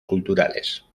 culturales